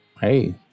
Hey